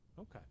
Okay